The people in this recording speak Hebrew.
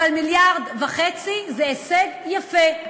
אבל מיליארד וחצי זה הישג יפה.